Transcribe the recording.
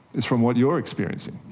it's from what you're experiencing.